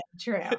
True